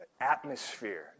atmosphere